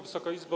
Wysoka Izbo!